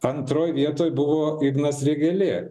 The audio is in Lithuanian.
antroj vietoj buvo ignas vėgėlė